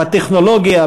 בטכנולוגיה,